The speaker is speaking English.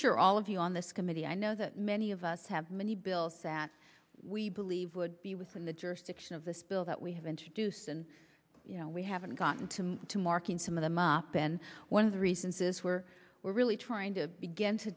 assure all of you on this committee i know that many of us have many bills that we believe would be within the jurisdiction of this bill that we have introduced and you know we haven't gotten to to marking some of them up in one of the reasons is where we're really trying to begin to